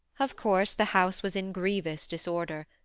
of course the house was in grievous disorder.